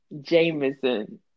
Jameson